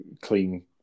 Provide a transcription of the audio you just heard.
clean